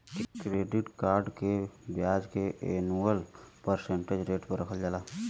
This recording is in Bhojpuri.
क्रेडिट कार्ड्स के ब्याज के एनुअल परसेंटेज रेट रखल जाला